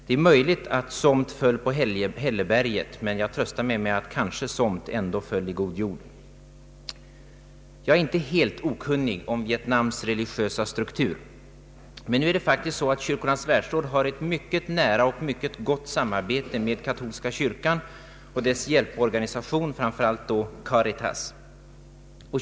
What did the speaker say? Det är möjligt att somt föll på hälleberget, men jag tröstar mig med att somt kanske ändå föll i god jord! Jag är inte helt okunnig om Vietnams religiösa — struktur. Men Kyrkornas Världsråd har ett mycket nära och gott samarbete med katolska kyrkan och dess hjälporganisationer, framför allt Caritas.